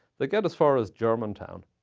they get as far as germantown,